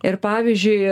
ir pavyzdžiui